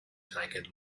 taken